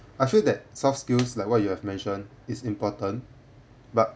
I feel that soft skills like what you have mentioned is important but